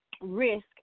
risk